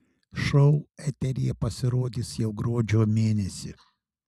šou eteryje pasirodys jau gruodžio mėnesį